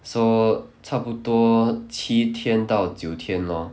so 差不多七天到九天 lor